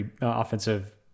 offensive